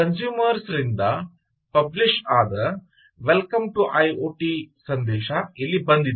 consumer ರಿಂದ publish ಆದ "welcome to IoT" ಸಂದೇಶ ಇಲ್ಲಿ ಬಂದಿದೆ